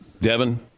Devin